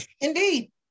Indeed